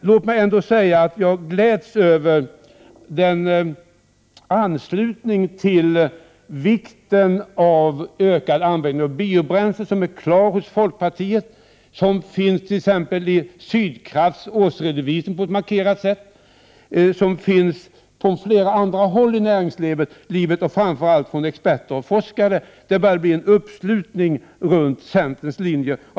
Låt mig ändå säga att jag gläds över den anslutning till vikten av ökad användning av biobränslen som folkpartiet klart bekänt sig till. Den redovisas också på ett markerat sätt i Sydkrafts årsredovisning. Också på flera andra håll inom näringslivet, framför allt från experter och forskare, har det börjat bli en uppslutning kring centerns linje.